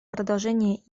продолжение